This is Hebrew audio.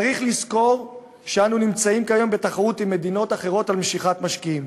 צריך לזכור שאנו נמצאים כיום בתחרות עם מדינות אחרות על משיכת משקיעים.